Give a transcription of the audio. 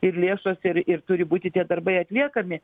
ir lėšos ir ir turi būti tie darbai atliekami